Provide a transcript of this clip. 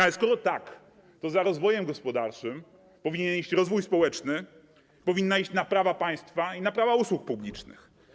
Ale skoro tak, to za rozwojem gospodarczym powinien iść rozwój społeczny, powinna iść naprawa państwa i naprawa usług publicznych.